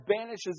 banishes